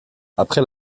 après